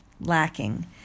Lacking